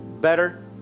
better